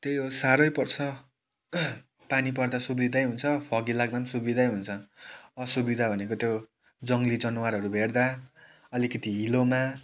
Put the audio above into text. त्यही हो साह्रै पर्छ पानी पर्दा सुविधै हुन्छ फगी लाग्दा पनि सुविधै हुन्छ असुविधा भनेको त्यो जङ्गली जनावरहरू भेट्दा अलिकति हिलोमा